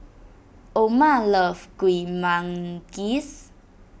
Oma loves Kuih Manggis